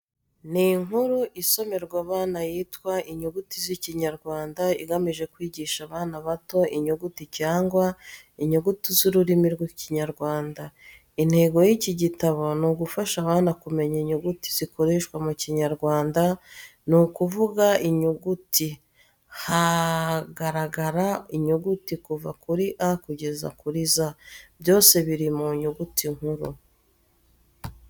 Ni inkuru isomerwa abana yitwa inyuguti z’ikinyarwanda igamije kwigisha abana bato inyuguti cyangwa inyugutu z’ururimi rw’Ikinyarwanda. Intego y'iki gitabo ni ugufasha abana kumenya inyuguti zikoreshwa mu Kinyarwanda ni ukuvuga inyuguti. Hagaragaara inyuguti kuva A kugeza Z byose biri mu nyuguti nkuru.